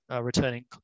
returning